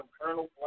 colonel